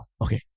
Okay